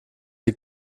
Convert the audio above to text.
sie